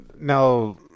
now